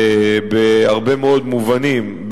בהרבה מאוד מובנים,